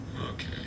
Okay